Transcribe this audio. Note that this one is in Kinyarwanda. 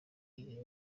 iyi